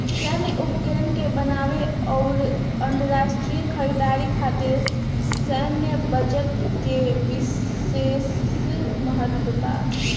सैन्य उपकरण के बनावे आउर अंतरराष्ट्रीय खरीदारी खातिर सैन्य बजट के बिशेस महत्व बा